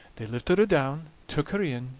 they lifted her down, took her in,